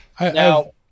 now